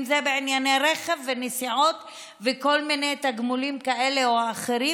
אם זה בענייני רכב ונסיעות וכל מיני תגמולים כאלה ואחרים,